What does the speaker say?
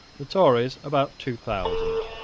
the tories about two thousand.